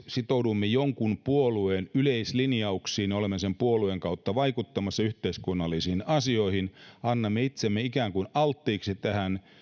sitoudumme jonkun puolueen yleislinjauksiin ja olemme sen puolueen kautta vaikuttamassa yhteiskunnallisiin asioihin annamme itsemme ikään kuin alttiiksi tähän